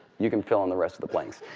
you can fill in the rest of the blanks.